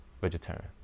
vegetarian